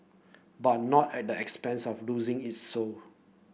but not at the expense of losing its soul